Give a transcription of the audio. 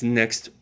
next